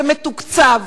שמתוקצב